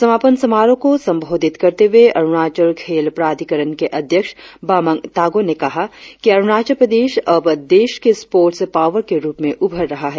समापन समारोह को संबोधित करते हुए अरुणाचल खेल प्राधिकरण के अध्यक्ष बामंग तागो ने कहा कि अरुणाचल प्रदेश अब देश के स्पोर्ट्स पावर के रुप में उभर रहा है